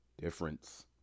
Difference